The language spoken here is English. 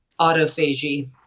autophagy